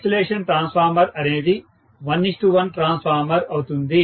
isolation transformer అనేది 11 transformer అవుతుంది